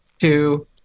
two